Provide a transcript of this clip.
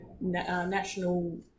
national